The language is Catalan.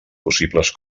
possibles